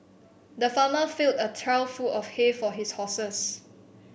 the farmer filled a trough full of hay for his horses